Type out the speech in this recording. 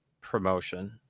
promotion